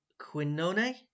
Quinone